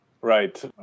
Right